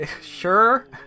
Sure